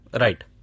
Right